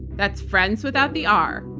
that's friends without the r,